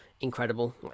incredible